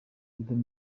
perezida